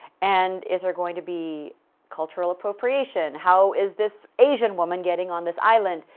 and is there going to be cultural appropriation? how is this asian woman getting on this island?